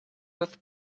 with